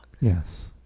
Yes